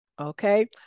Okay